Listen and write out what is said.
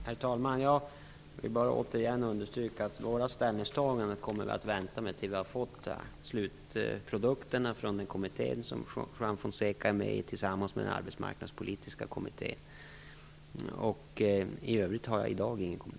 Herr talman! Jag vill återigen understryka att vi kommer att vänta med ställningstagandena till dess att vi har fått slutprodukterna från den kommitté som Juan Fonseca är med i och från den arbetsmarknadspolitiska kommittén. I övrigt har jag i dag ingen kommentar.